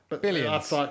billions